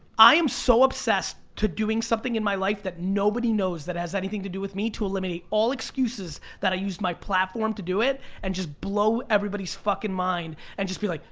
i am so obsessed to doing something in my life that nobody knows that has anything to do with me to eliminate all excuses that i used my platform to do it and just blow everybody's fuckin' mind and just be like,